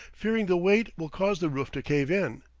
fearing the weight will cause the roof to cave in.